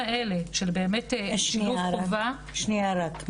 שנייה רק,